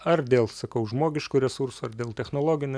ar dėl sakau žmogiškų resursų ar dėl technologinių